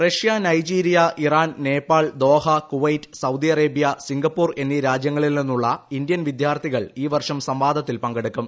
Russia Nigeria Iran Nepal Doha Kuwait Saudi Arabia Singapore എന്നീ രാജ്യങ്ങളിൽ നിന്നുള്ള ഇന്ത്യൻ വിദ്യാർത്ഥികൾ ഈ വർഷം സംവാദത്തിൽ പങ്കെടുക്കും